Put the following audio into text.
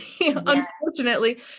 unfortunately